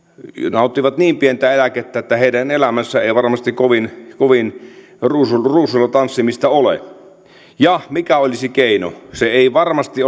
nauttivat niin pientä eläkettä että heidän elämänsä ei varmasti kovin kovin ruusuilla ruusuilla tanssimista ole ja mikä olisi keino se ei varmasti